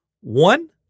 one